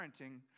parenting